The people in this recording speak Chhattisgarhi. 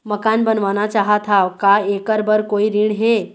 मकान बनवाना चाहत हाव, का ऐकर बर कोई ऋण हे?